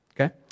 Okay